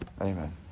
Amen